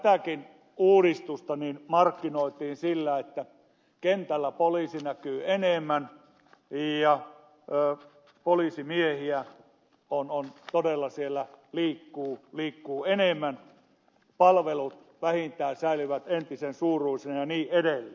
tätäkin uudistusta markkinoitiin sillä että kentällä poliisi näkyy enemmän ja poliisimiehiä todella siellä liikkuu enemmän palvelut säilyvät vähintään entisen suuruisina ja niin edelleen